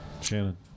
Shannon